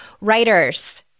writers